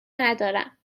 ندارم